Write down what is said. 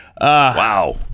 Wow